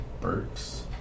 Burks